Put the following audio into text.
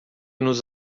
nos